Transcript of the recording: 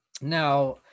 Now